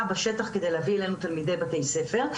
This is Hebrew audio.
בשטח כדי להביא אלינו תלמידי בתי ספר,